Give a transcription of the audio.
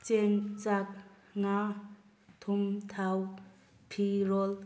ꯆꯦꯡ ꯆꯥꯛ ꯉꯥ ꯊꯨꯝ ꯊꯥꯎ ꯐꯤꯔꯣꯜ